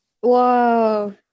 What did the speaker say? Whoa